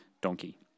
donkey